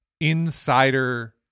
insider